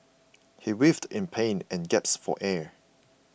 he writhed in pain and gasped for air